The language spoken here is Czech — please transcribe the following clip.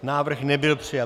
Návrh nebyl přijat.